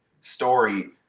story